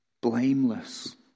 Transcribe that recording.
Blameless